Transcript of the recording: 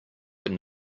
but